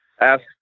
ask